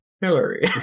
Hillary